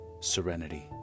serenity